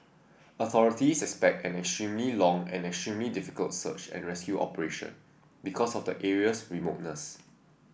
authorities expect an extremely long and extremely difficult search and rescue operation because of the area's remoteness